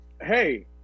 hey